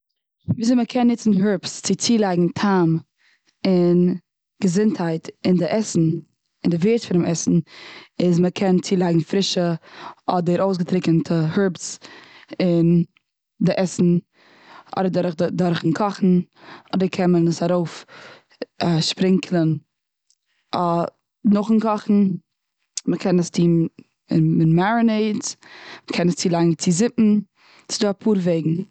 וויאזוי מ'קען ניצן הערבס צו צולייגן טעם און געזונטהייט אין די עסן, אין די ווערד פון די עסן, איז מ'קען צולייגן פרישע אדער אויסגעטריקענטע הערבס און די עסן. אדער דורך די דורכן קאכן. אדער קען מען עס ארויף שפרינקלען אה, נאכן קאכן. מ'קען עס טוהן אין מערינעידס, מ'קען עס צולייגן אין זופן. ס'איז דא אפאר וועגן.